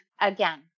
again